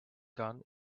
gun